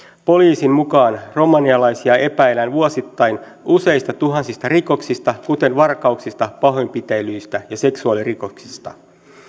poliisin mukaan romanialaisia epäillään vuosittain useista tuhansista rikoksista kuten varkauksista pahoinpitelyistä ja seksuaalirikoksista